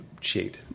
Cheat